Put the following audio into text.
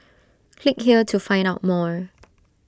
click here to find out more